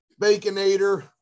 baconator